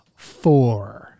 four